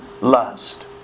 lust